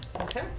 Okay